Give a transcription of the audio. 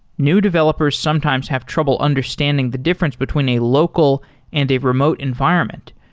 new developers sometimes have trouble understanding the difference between a local and a remote environment,